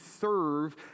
serve